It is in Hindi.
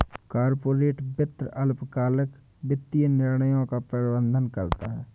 कॉर्पोरेट वित्त अल्पकालिक वित्तीय निर्णयों का प्रबंधन करता है